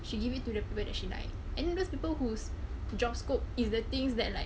she give it to the people she like and then those people whose job scope is the things that like